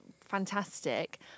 fantastic